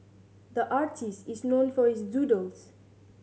the artist is known for his doodles